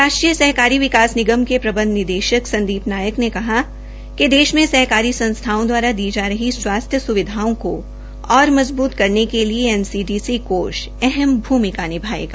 राष्ट्रीय सहकारी विकास निगम के प्रबंध निदेशक संदीप नायक ने कहा कि देश में सहकारी संथ्साओं द्वारा दी जा रही स्वास्थ्य सेवाओं को और मजबूत करने के लिए एनसीडीसी कोष अहम भूमिका निभायेंगा